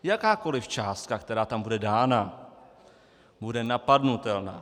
Jakákoliv částka, která tam bude dána, bude napadnutelná.